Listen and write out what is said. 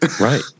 Right